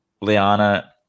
Liana